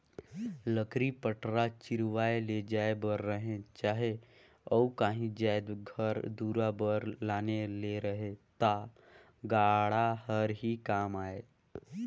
लकरी पटरा चिरवाए ले जाए बर रहें चहे अउ काही जाएत घर दुरा बर लाने ले रहे ता गाड़ा हर ही काम आए